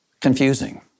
confusing